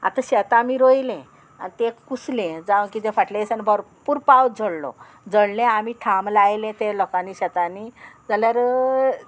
आतां शेत आमी रोयलें आनी तें कुसलें जावं कितें फाटल्या दिसांनी भरपूर पावस झडलो झडलें आमी थाम लायले ते लोकांनी शेतांनी जाल्यार